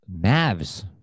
Mavs